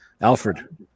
Alfred